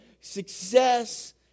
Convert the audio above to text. success